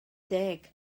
deg